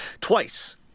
twice